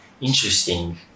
interesting